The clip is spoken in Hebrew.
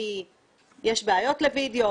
כי יש בעיות לווידיאו,